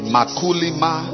Makulima